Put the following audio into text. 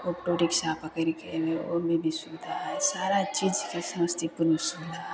auto rickshaw पकड़िके भी सुबिधा हइ सारा चीजके समस्तीपुरमे सुबिधा हइ